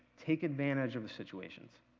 take advantage of the situation.